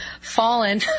fallen